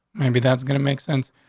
maybe that's gonna make sense.